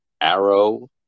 arrow